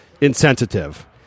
insensitive